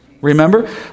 Remember